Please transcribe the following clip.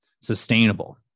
sustainable